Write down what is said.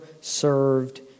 served